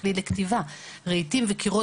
רהיטים וקירות.